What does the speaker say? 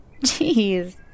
Jeez